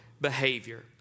behavior